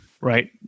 right